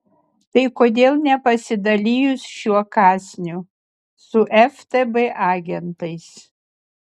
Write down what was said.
tai kodėl nepasidalijus šiuo kąsniu su ftb agentais